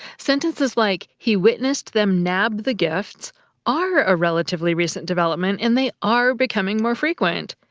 sentences like he witnessed them nab the gifts are a relatively recent development, and they are becoming more frequent.